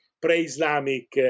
pre-Islamic